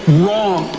wrong